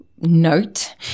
note